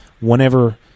whenever